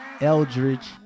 Eldridge